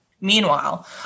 Meanwhile